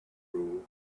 rule